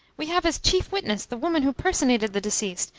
we have as chief witness the woman who personated the deceased,